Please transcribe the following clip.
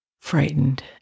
frightened